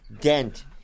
dent